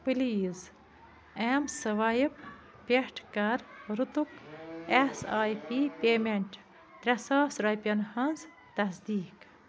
please ایٚم swipe پٮ۪ٹھ کَر ریٚتُک ایٚس آی پی پیمیٚنٛٹ ترٛےٚ ساس رۄپیَن ہٕنٛز تصدیٖق